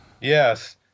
Yes